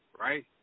right